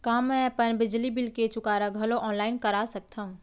का मैं अपन बिजली बिल के चुकारा घलो ऑनलाइन करा सकथव?